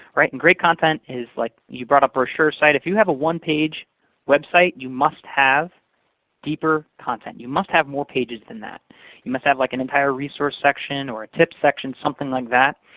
and great content is like you brought up brochure site. if you have a one-page website, you must have deeper content. you must have more pages than that. you must have like an entire resource section or a tip section, something like that.